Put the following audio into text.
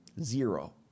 Zero